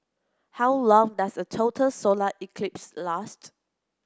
how long does a total solar eclipse last